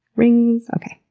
riiiings. okay,